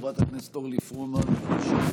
חברת הכנסת אורלי פרומן, בבקשה.